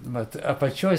vat apačioj